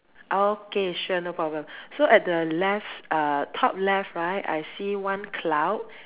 okay sure no problem so at the left uh top left right I see one cloud